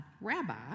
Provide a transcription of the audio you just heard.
Rabbi